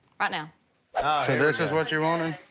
right now. so this is what you're wanting?